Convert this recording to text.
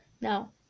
now